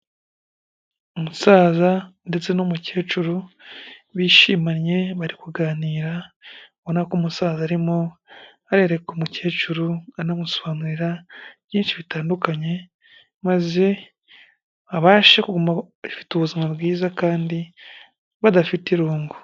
Umusaza ndetse n'umukecuru bishimanye, bari kuganira ubona ko umusaza arimo arereka umukecuru, anamusobanurira byinshi bitandukanye, maze abashe kuguma afite ubuzima bwiza kandi badafite irungu.